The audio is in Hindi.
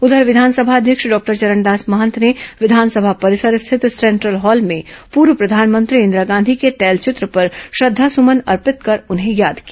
उधर विधानसभा अध्यक्ष डॉक्टर चरणदास महंत ने विधानसभा परिसर स्थित सेंट्रल हॉल में पूर्व प्रधानमंत्री इंदिरा गांधी के तैलचित्र पर श्रद्धासुमन अर्पित कर उन्हें याद किया